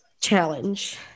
challenge